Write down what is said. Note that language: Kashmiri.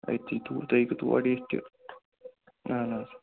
أتتھی تُہۍ ہیٚکِو تور یِتھ تہِ اہن حظ